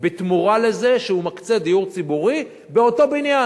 בתמורה לזה שהוא מקצה דיור ציבורי באותו בניין,